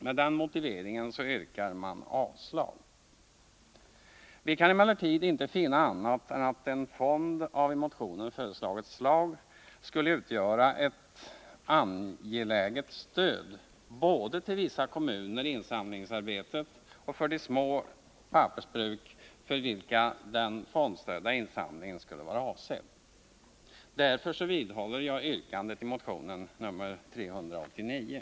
Med den motiveringen yrkar man avslag på motionen. Vi kan emellertid inte finna annat än att en fond av i motionen föreslaget slag skulle utgöra ett angeläget stöd både till vissa kommuner i insamlingsarbetet och för de små pappersbruk för vilka den fondstödda insamlingen skulle vara avsedd. Därför vidhåller jag yrkandet i motion 389.